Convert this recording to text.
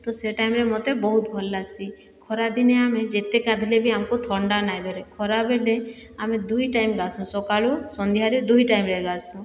ତ ସେହି ଟାଇମରେ ମୋତେ ବହୁତ ଭଲ ଲାଗ୍ସି ଖରା ଦିନେ ଆମେ ଯେତେ ଗାଧୋଇଲେ ବି ଆମକୁ ଥଣ୍ଡା ନାଇଁ ଧରେ ଖରା ଦିନେ ଆମେ ଦୁଇ ଟାଇମ ଗାସୁଁ ସଖାଳୁ ସାନ୍ଧ୍ୟରେ ଦୁହି ଟାଇମରେ ଗାଧ୍ସୁଁ